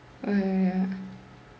K okay